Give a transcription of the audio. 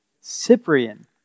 cyprian